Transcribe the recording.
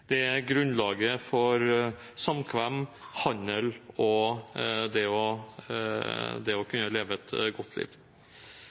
Det er grunnlaget for samkvem, handel og det å